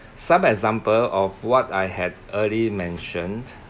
some example of what I had early mentioned